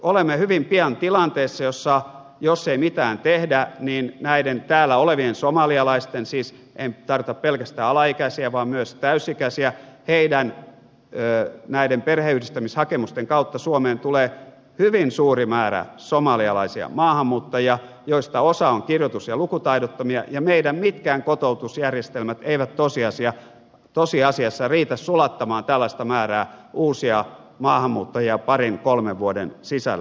olemme hyvin pian tilanteessa jossa jos ei mitään tehdä näiden täällä olevien somalialaisten siis en tarkoita pelkästään alaikäisiä vaan myös täysi ikäisiä perheenyhdistämishakemusten kautta suomeen tulee hyvin suuri määrä somalialaisia maahanmuuttajia joista osa on kirjoitus ja lukutaidottomia ja meidän mitkään kotoutusjärjestelmämme eivät tosiasiassa riitä sulattamaan tällaista määrää uusia maahanmuuttajia parin kolmen vuoden sisällä